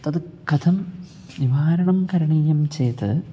तत् कथं निवारणं करणीयं चेत्